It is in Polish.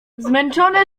zmęczone